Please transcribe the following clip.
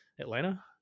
Atlanta